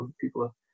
people